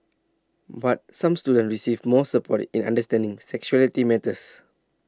but some students receive more support in understanding sexuality matters